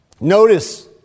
notice